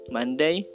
Monday